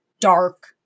Dark